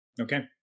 Okay